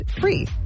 free